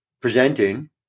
presenting